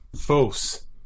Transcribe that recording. False